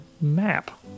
map